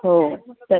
हो तेच